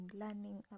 learning